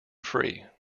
free